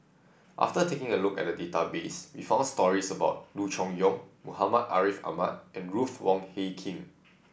after taking a look at the database we found stories about Loo Choon Yong Muhammad Ariff Ahmad and Ruth Wong Hie King